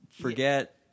forget